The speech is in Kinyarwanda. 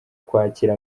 kwakira